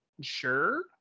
sure